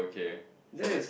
K so that's